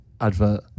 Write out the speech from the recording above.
advert